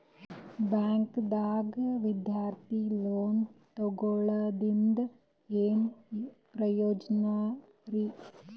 ಬ್ಯಾಂಕ್ದಾಗ ವಿದ್ಯಾರ್ಥಿ ಲೋನ್ ತೊಗೊಳದ್ರಿಂದ ಏನ್ ಪ್ರಯೋಜನ ರಿ?